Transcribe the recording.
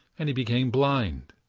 and he became blind.